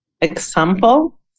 example